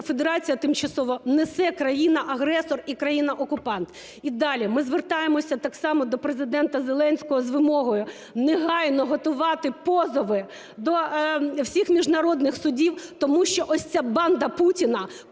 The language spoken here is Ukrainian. Федерація тимчасово, несе країна-агресор і країна-окупант. І далі. Ми звертаємося так само до Президента Зеленського з вимогою негайно готувати позови до всіх міжнародних судів, тому що ось ця банда Путіна,